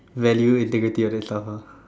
value integrity all that stuff ah